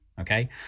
okay